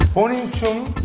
only tear